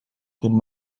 good